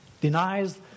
Denies